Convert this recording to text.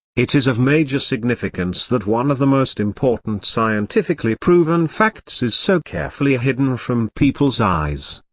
it is of major significance that one of the most important scientifically proven facts is so carefully hidden from people's eyes.